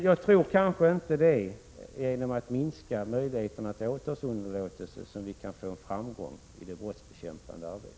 Jag tror inte att det är genom att minska möjligheterna till åtalsunderlåtelse som vi kan nå framgång i det brottsbekämpande arbetet.